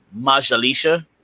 Majalisha